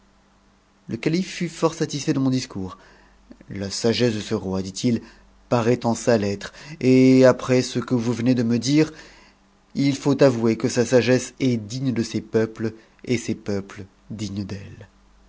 le calife fut fort satisfait de mon discoure la sagesse de ce roi dit-il parait en sa lettre et après ce que vous venez de me dire il faut avouer que sa sagesse est digne de ses peu et ses peuples dignes d'elle